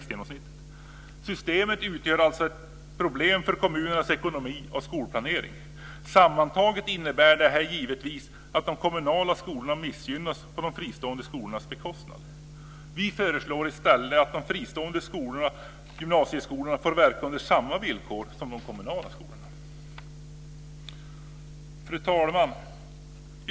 Systemet utgör alltså ett problem för kommunernas ekonomi och skolplanering. Sammantaget innebär detta givetvis att de kommunala skolorna missgynnas på de fristående skolornas bekostnad. Vi föreslår i stället att de fristående gymnasieskolorna får verka under samma villkor som de kommunala skolorna. Fru talman!